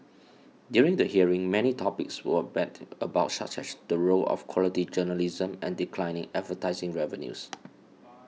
during the hearing many topics were bandied about such as the role of quality journalism and declining advertising revenues